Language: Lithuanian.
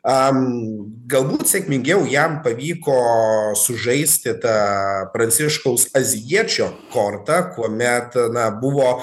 am galbūt sėkmingiau jam pavyko sužaisti tą pranciškaus azijiečio kortą kuomet na buvo